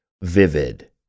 vivid